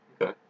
Okay